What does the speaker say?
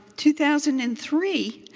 two thousand and three,